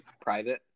private